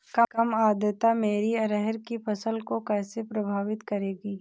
कम आर्द्रता मेरी अरहर की फसल को कैसे प्रभावित करेगी?